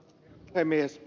päämies